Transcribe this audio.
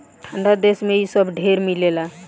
ठंडा देश मे इ सब ढेर मिलेला